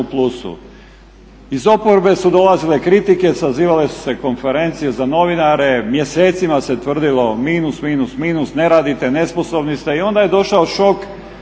Iz oporbe su dolazile kritike, sazivale su se konferencije za novinare, mjesecima se tvrdilo minus, minus, minus, ne radite, nesposobni ste i onda je došao šok